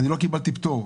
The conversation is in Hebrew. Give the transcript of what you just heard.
לא קיבלתי פטור.